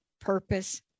purpose